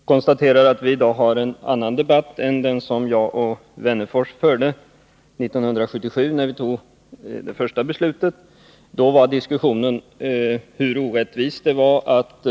Herr talman! Jag konstaterar att vi i dag har en annan debatt än den som jag och Alf Wennerfors förde 1977, när vi fattade det första beslutet. Då gällde diskussionen hur orättvist det var att